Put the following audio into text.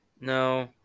no